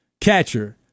catcher